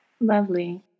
Lovely